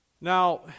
Now